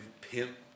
pimp